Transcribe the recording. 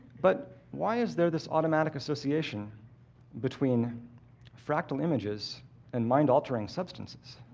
but why is there this automatic association between fractal images and mind altering substances?